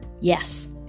yes